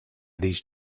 these